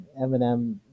Eminem